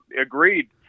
agreed